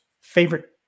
favorite